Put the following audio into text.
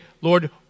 Lord